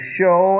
show